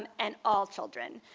and and all children.